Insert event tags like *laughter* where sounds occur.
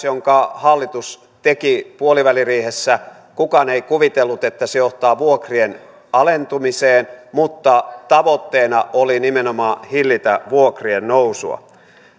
*unintelligible* jonka hallitus teki puoliväliriihessä kukaan ei kuvitellut että se johtaa vuokrien alentumiseen mutta tavoitteena oli nimenomaan hillitä vuokrien nousua